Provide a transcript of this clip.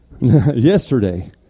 Yesterday